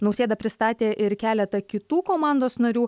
nausėda pristatė ir keleta kitų komandos narių